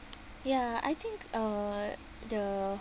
ya I think uh the